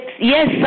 yes